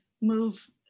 move